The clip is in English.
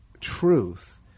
truth